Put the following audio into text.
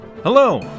Hello